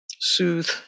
soothe